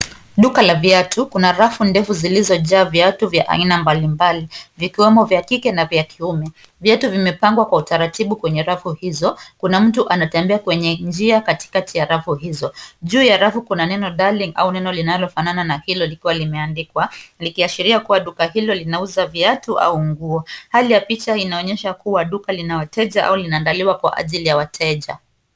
Duka la viatu, kuna rafu ndefu zilizojaa viatu vya aina mbalimbali vikiwemo vya kike na vya kiume. Viatu vimepangwa kwa utaratibu kwenye rafu hizo, kuna mtu anatembea kwenye njia katikati ya rafu hizo. Juu ya rafu kuna neno darling au neno linalofanana na hilo likiwa limeandikwa, likiashiria kuwa duka hilo linauza viatu au nguo. Hali ya picha inaonyesha kuwa duka lina wateja au linaandaliwa kwa ajili ya wateja.